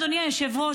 אדוני היושב-ראש,